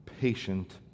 patient